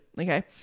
Okay